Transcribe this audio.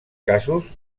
casos